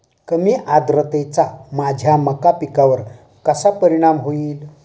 कमी आर्द्रतेचा माझ्या मका पिकावर कसा परिणाम होईल?